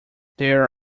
there